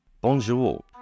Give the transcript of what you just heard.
Bonjour